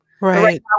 Right